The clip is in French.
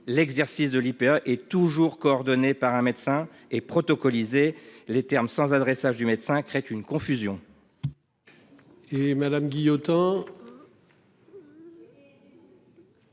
l'exercice de l'IPA et toujours coordonné par un médecin et protocoles Izé les termes sans adressage du médecin crée une confusion.